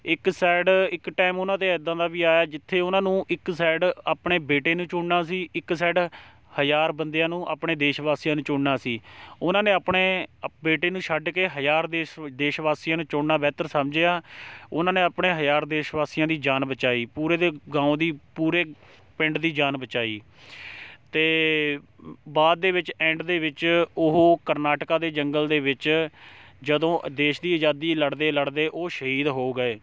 ਇੱਕ ਸਾਇਡ ਇੱਕ ਟਾਈਮ ਉਹਨਾਂ 'ਤੇ ਇੱਦਾਂ ਦਾ ਵੀ ਆਇਆ ਜਿੱਥੇ ਉਹਨਾਂ ਨੂੰ ਇੱਕ ਸਾਇਡ ਆਪਣੇ ਬੇਟੇ ਨੂੰ ਚੁਣਨਾ ਸੀ ਇੱਕ ਸਾਇਡ ਹਜ਼ਾਰ ਬੰਦਿਆਂ ਨੂੰ ਆਪਣੇ ਦੇਸ਼ ਵਾਸੀਆਂ ਨੂੰ ਚੁਣਨਾ ਸੀ ਉਹਨਾਂ ਨੇ ਆਪਣੇ ਆ ਬੇਟੇ ਨੂੰ ਛੱਡ ਕੇ ਹਜ਼ਾਰ ਦੇ ਦੇਸ਼ ਵਾਸੀਆਂ ਨੂੰ ਚੁਣਨਾ ਬੇਹਤਰ ਸਮਝਿਆ ਉਹਨਾਂ ਨੇ ਆਪਣੇ ਹਜ਼ਾਰ ਦੇਸ਼ ਵਾਸੀਆਂ ਦੀ ਜਾਨ ਬਚਾਈ ਪੂਰੇ ਦੇ ਗਾਉਂ ਦੀ ਪੂਰੇ ਪਿੰਡ ਦੀ ਜਾਨ ਬਚਾਈ ਅਤੇ ਬਾਅਦ ਦੇ ਵਿੱਚ ਐਂਡ ਦੇ ਵਿੱਚ ਉਹ ਕਰਨਾਟਕਾ ਦੇ ਜੰਗਲ ਦੇ ਵਿੱਚ ਜਦੋਂ ਅ ਦੇਸ਼ ਦੀ ਆਜ਼ਾਦੀ ਲੜਦੇ ਲੜਦੇ ਉਹ ਸ਼ਹੀਦ ਹੋ ਗਏ